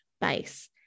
base